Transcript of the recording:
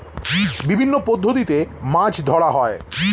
বিভিন্ন পদ্ধতিতে মাছ ধরা হয়